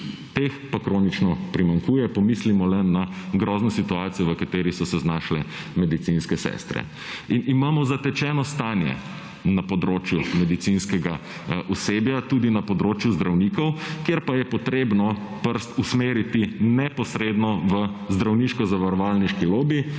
Teh pa kronično primanjkuje. Pomislimo le na grozno situacijo, v kateri so se znašle medicinske sestre. In imamo zatečeno stanje na področju medicinskega osebja, tudi na področju zdravnikov, kjer pa je potrebno prst usmeriti neposredno v zdravniško zavarovalniški lobi,